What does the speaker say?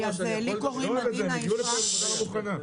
הם הגיעו לפה עם עמדה מוכנה.